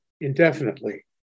indefinitely